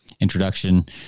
Introduction